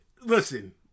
Listen